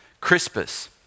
Crispus